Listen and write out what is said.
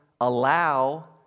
allow